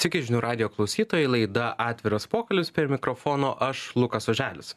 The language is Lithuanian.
sveiki žinių radijo klausytojai laida atviras pokalbis prie mikrofono aš lukas oželis